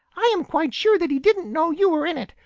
i am quite sure that he didn't know you were in it.